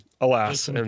Alas